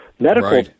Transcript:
medical